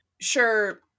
Sure